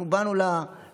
אנחנו באנו לגאולה.